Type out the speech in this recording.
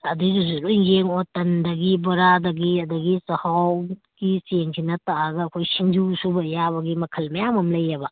ꯑꯗꯨꯏꯗꯨꯁꯨ ꯂꯣꯏ ꯌꯦꯡꯉꯣ ꯇꯟꯗꯒꯤ ꯕꯣꯔꯥꯗꯒꯤ ꯑꯗꯒꯤ ꯆꯥꯛꯍꯥꯎꯒꯤ ꯆꯦꯡꯁꯤꯅ ꯇꯛꯑꯒ ꯑꯩꯈꯣꯏ ꯁꯤꯡꯖꯨ ꯁꯨꯕ ꯌꯥꯕꯒꯤ ꯃꯈꯜ ꯃꯌꯥꯝ ꯑꯃ ꯂꯩꯌꯦꯕ